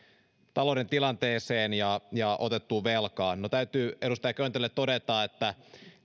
talouden tilanteeseen ja ja otettuun velkaan täytyy edustaja köntälle todeta että